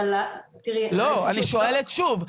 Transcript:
לא, אני שואלת שוב.